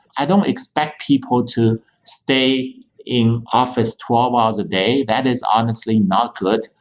i don't expect people to stay in office twelve hours a day. that is honestly not good.